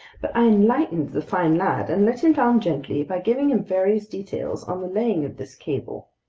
but i enlightened the fine lad and let him down gently by giving him various details on the laying of this cable.